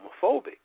homophobic